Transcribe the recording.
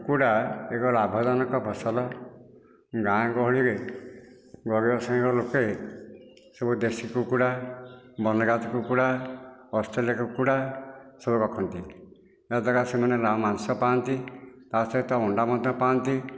କୁକୁଡ଼ା ଏକ ଲାଭଜନକ ଫସଲ ଗାଁ ଗହଳିରେ ଗରିବ ଶ୍ରେଣୀର ଲୋକେ ସବୁ ଦେଶୀ କୁକୁଡ଼ା ବନରାଜ କୁକୁଡ଼ା ଅଷ୍ଟ୍ରେଲିଆ କୁକୁଡ଼ା ସବୁ ରଖନ୍ତି ଯାହାଦ୍ୱାରା ସେମାନେ ମାଂସ ପାଆନ୍ତି ଆଉ ତା ସହିତ ଅଣ୍ଡା ମଧ୍ୟ ପାଆନ୍ତି